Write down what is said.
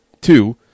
two